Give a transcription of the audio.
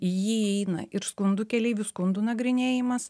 į jį įeina ir skundų keleivių skundų nagrinėjimas